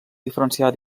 diferenciar